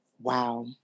Wow